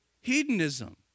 hedonism